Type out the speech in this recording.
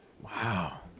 Wow